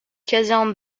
caserne